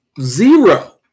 zero